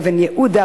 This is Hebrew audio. אבן-יהודה,